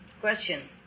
question